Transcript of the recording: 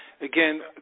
again